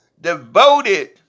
Devoted